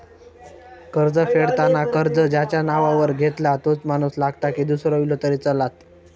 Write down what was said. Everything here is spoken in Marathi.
कर्ज फेडताना कर्ज ज्याच्या नावावर घेतला तोच माणूस लागता की दूसरो इलो तरी चलात?